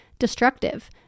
destructive